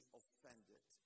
offended